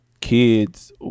kids